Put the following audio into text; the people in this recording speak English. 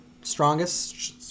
strongest